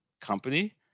company